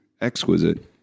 Exquisite